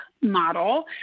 model